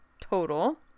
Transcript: total